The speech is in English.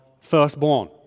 firstborn